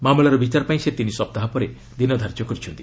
ମାମଲାର ବିଚାର ପାଇଁ ସେ ତିନି ସପ୍ତାହ ପରେ ଦିନ ଧାର୍ଯ୍ୟ କରିଛନ୍ତି